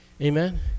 Amen